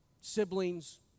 siblings